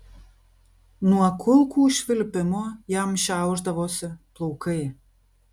nuo kulkų švilpimo jam šiaušdavosi plaukai